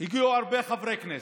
הגיעו הרבה חברי כנסת,